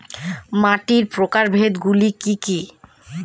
মাটির প্রকারভেদ গুলো কি কী?